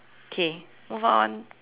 okay move on